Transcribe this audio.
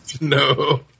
No